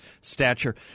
stature